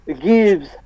gives